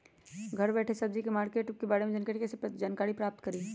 घर बैठे सब्जी मार्केट के बारे में कैसे जानकारी प्राप्त करें?